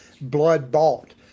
blood-bought